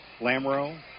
Lamro